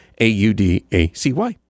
A-U-D-A-C-Y